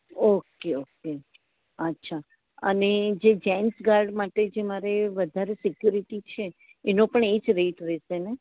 okay okay અચ્છા અને જે જેન્ટ્સ ગાર્ડ માટે જે મારે વધારે સિક્યોરિટી છે એનું પણ એજ રેટ રેહશેને